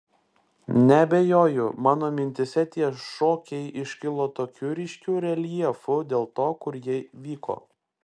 neabejoju mano mintyse tie šokiai iškilo tokiu ryškiu reljefu dėl to kur jie vyko